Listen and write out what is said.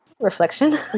reflection